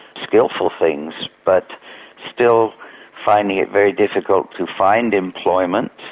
skilful things, but still finding it very difficult to find employment,